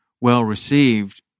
well-received